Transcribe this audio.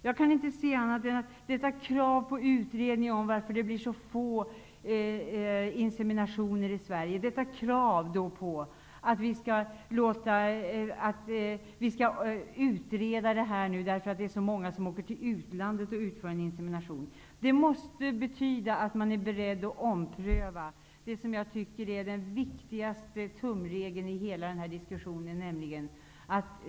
Jag kan inte se annat än att detta krav på utredning av varför det sker så få inseminationer i Sverige, och så många åker till utlandet och utför en insemination, måste betyda att man är beredd att ompröva det som jag tycker är den viktigaste tumregeln i hela denna diskussion.